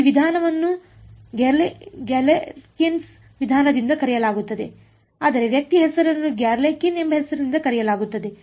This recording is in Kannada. ಈ ವಿಧಾನವನ್ನು ಗ್ಯಾಲೆರ್ಕಿನ್ಸ್ Galerkin's ವಿಧಾನದಿಂದ ಕರೆಯಲಾಗುತ್ತದೆ ಅದರ ವ್ಯಕ್ತಿಯ ಹೆಸರನ್ನು ಗ್ಯಾಲೆರ್ಕಿನ್ ಎಂಬ ಹೆಸರಿನಿಂದ ಕರೆಯಲಾಗುತ್ತದೆ